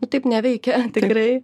nu taip neveikia tikrai